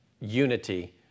unity